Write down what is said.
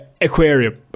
aquarium